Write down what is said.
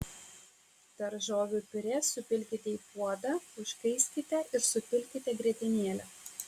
daržovių piurė supilkite į puodą užkaiskite ir supilkite grietinėlę